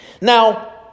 Now